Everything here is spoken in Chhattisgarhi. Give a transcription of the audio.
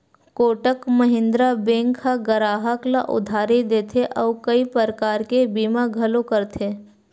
कोटक महिंद्रा बेंक ह गराहक ल उधारी देथे अउ कइ परकार के बीमा घलो करथे